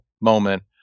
moment